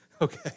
Okay